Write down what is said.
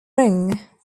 ring